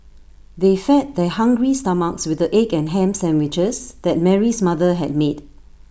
they fed their hungry stomachs with the egg and Ham Sandwiches that Mary's mother had me